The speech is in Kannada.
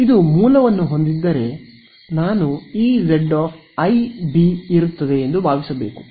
ಇದು ಮೂಲವನ್ನು ಹೊಂದಿದ್ದರೆ ನಾನು ಇಜೆಡ್ ಐ ಬಿ ಇರುತ್ತದೆ ಎಂದು ಭಾವಿಸಬೇಕು